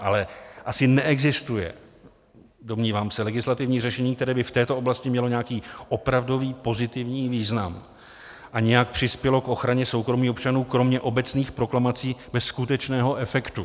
Ale asi neexistuje, domnívám se, legislativní řešení, které by v této oblasti mělo nějaký opravdový pozitivní význam a nějak přispělo k ochraně soukromí občanů, kromě obecných proklamací bez skutečného efektu.